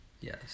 Yes